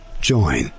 Join